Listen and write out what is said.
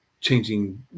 changing